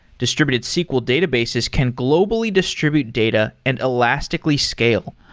distributed sql databases can globally distribute data and elastically scale,